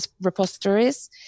repositories